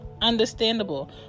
understandable